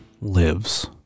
lives